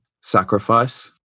sacrifice